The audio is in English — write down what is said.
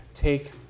Take